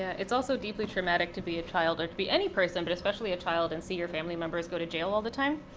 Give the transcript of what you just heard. it's also deeply traumatic to be a child or to be any person, but especially a child and see your family members go to jail all the time.